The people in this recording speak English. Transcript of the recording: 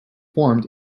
formed